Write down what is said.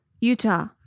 Utah